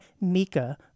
Mika